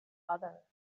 other